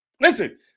Listen